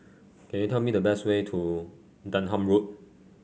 can you tell me the way to Denham Road